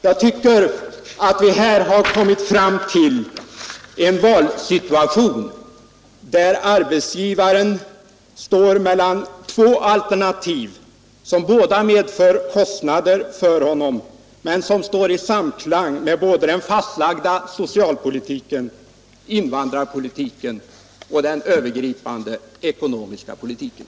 Jag tycker att vi här har kommit fram till en situation, där arbetsgivaren kan välja mellan två alternativ som båda medför kostnader för honom men som står i samklang med både den fastlagda socialpolitiken och invandrarpolitiken samt den övergripande ekonomiska politiken.